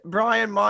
Brian